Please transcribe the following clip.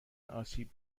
آسیب